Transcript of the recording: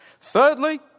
Thirdly